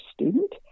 student